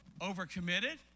overcommitted